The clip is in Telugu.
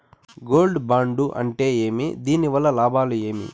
గోల్డ్ బాండు అంటే ఏమి? దీని వల్ల లాభాలు ఏమి?